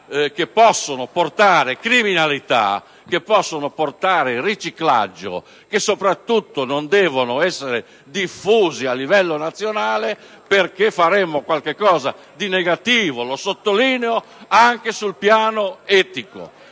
che possono portare criminalità, riciclaggio e soprattutto non devono essere diffusi a livello nazionale, perché faremmo qualcosa di negativo - lo sottolineo - anche sul piano etico.